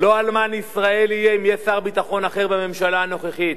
לא אלמן ישראל יהיה אם יהיה שר ביטחון אחר בממשלה הנוכחית.